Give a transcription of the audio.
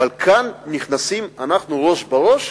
אבל כאן אנחנו נכנסים ראש בראש.